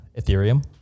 Ethereum